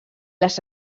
les